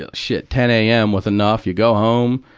yeah shit, ten am with enough, you go home,